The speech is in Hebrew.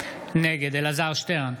נגד אלעזר שטרן,